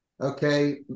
Okay